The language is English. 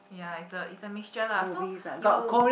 ya it's a it's a mixture lah so you